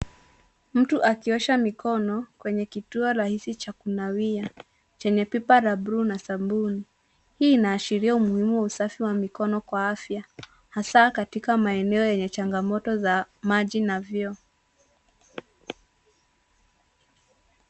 Mtu akiosha mikono kwenye kituo rahisi cha kunawia chenye pipa la blue na sabuni. Hii inaashiria umuhimu wa usafi wa mikono kwa afya, hasa katika maeneo yenye changamoto za maji na vyoo.